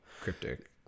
cryptic